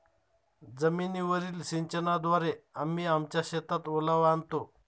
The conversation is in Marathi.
जमीनीवरील सिंचनाद्वारे आम्ही आमच्या शेतात ओलावा आणतो